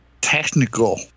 Technical